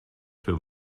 für